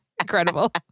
Incredible